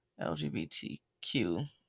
LGBTQ